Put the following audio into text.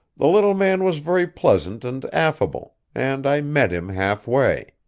the little man was very pleasant and affable and i met him half way.